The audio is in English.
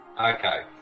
Okay